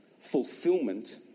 fulfillment